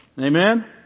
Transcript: Amen